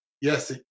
Yes